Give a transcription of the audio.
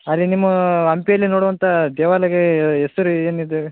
ಹಾಂ ರೀ ನಿಮ್ಮ ಹಂಪಿಯಲ್ಲಿ ನೋಡುವಂತ ದೇವಾಲಯಕ್ಕೆ ಹೆಸ್ರು ಏನಿದೆ ರಿ